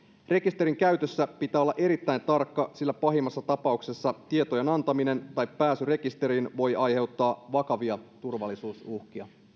rekisterin käytössä pitää olla erittäin tarkka sillä pahimmassa tapauksessa tietojen antaminen tai pääsy rekisteriin voi aiheuttaa vakavia turvallisuusuhkia